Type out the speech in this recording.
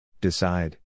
Decide